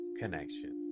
connection